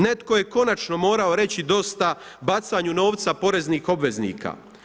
Netko je konačno morao reći dosta bacanju novca poreznih obveznika.